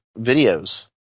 videos